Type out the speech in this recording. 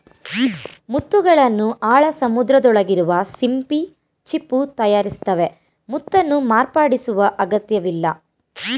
ಮುತ್ತುಗಳನ್ನು ಆಳ ಸಮುದ್ರದೊಳಗಿರುವ ಸಿಂಪಿ ಚಿಪ್ಪು ತಯಾರಿಸ್ತವೆ ಮುತ್ತನ್ನು ಮಾರ್ಪಡಿಸುವ ಅಗತ್ಯವಿಲ್ಲ